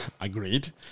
agreed